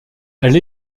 elle